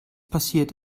passiert